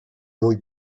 muy